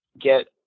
get